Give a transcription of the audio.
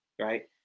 right